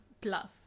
plus